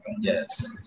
yes